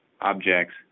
objects